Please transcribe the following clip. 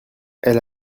elle